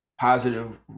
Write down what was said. positive